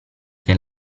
che